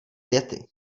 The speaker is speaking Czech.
věty